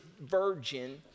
virgin